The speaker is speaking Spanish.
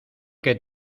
que